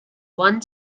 one